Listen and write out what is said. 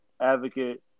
advocate